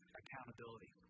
accountability